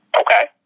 Okay